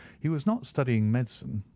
he was not studying medicine.